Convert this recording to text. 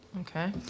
Okay